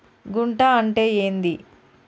గుంట అంటే ఏంది?